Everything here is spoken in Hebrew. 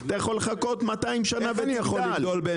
אתה יכול לחכות 200 שנה ותגדל,